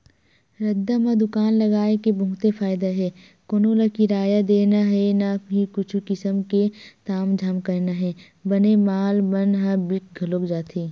रद्दा म दुकान लगाय के बहुते फायदा हे कोनो ल किराया देना हे न ही कुछु किसम के तामझाम करना हे बने माल मन ह बिक घलोक जाथे